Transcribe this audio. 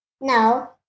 No